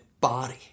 body